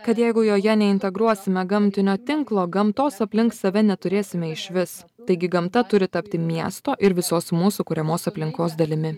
kad jeigu joje neintegruosime gamtinio tinklo gamtos aplink save neturėsime išvis taigi gamta turi tapti miesto ir visos mūsų kuriamos aplinkos dalimi